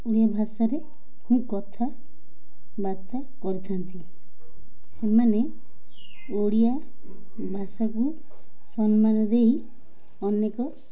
ଓଡ଼ିଆ ଭାଷାରେ ମୁଁ କଥାବାର୍ତ୍ତା କରିଥାନ୍ତି ସେମାନେ ଓଡ଼ିଆ ଭାଷାକୁ ସମ୍ମାନ ଦେଇ ଅନେକ